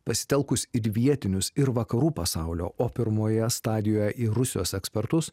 pasitelkus ir vietinius ir vakarų pasaulio o pirmoje stadijoje ir rusijos ekspertus